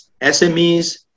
SMEs